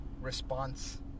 response